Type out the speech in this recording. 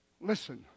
Listen